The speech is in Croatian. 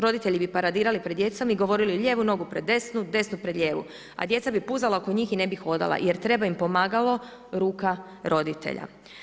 Roditelji bi paradirali pred djecom i govorili lijevu nogu pred desnu, desnu pred lijevu a djeca bi puzala oko njih i ne bi hodala jer treba im pomagalo, ruka roditelja.